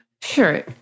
Sure